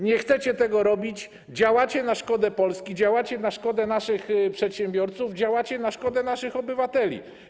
Nie chcecie tego robić, działacie na szkodę Polski, działacie na szkodę naszych przedsiębiorców, działacie na szkodę naszych obywateli.